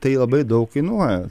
tai labai daug kainuoja